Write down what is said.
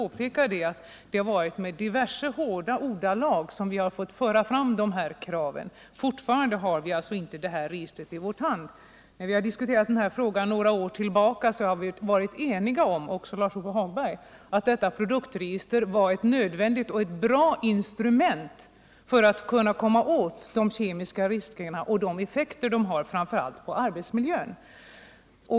Det har varit i hårda ordalag som vi fått föra fram dessa krav. Fortfarande har vi inte detta register i vår hand. När vi — också Lars-Ove Hagberg — diskuterat den här frågan sedan några år tillbaka har vi varit eniga om att ett produktregister är ett nödvändigt instrument för att komma åt de kemiska riskerna i arbetsmiljön.